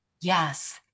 yes